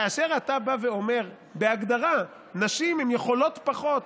כאשר אתה בא ואומר בהגדרה: נשים יכולות פחות,